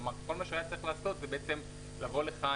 כלומר כל מה שהוא היה צריך לעשות זה לבוא לכאן